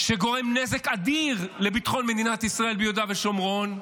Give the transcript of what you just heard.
שגורם נזק אדיר לביטחון מדינת ישראל ביהודה ושומרון.